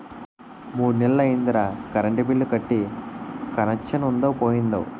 మూడ్నెల్లయ్యిందిరా current bill కట్టీ కనెచ్చనుందో పోయిందో